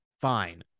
fine